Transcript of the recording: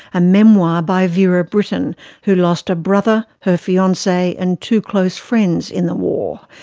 a memoir by vera brittain who lost a brother, her fiance and two close friends in the war.